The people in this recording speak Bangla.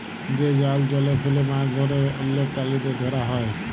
যে জাল জলে ফেলে মাছ আর অল্য প্রালিদের ধরা হ্যয়